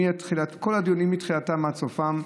בכל הדיונים מתחילתם עד סופם,